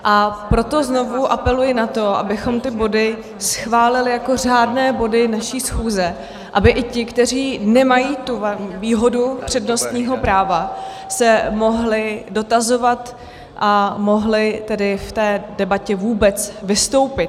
A proto znovu apeluji na to, abychom ty body schválili jako řádné body naší schůze, aby i ti, kteří nemají tu výhodu přednostního práva, se mohli dotazovat a mohli tedy v té debatě vůbec vystoupit.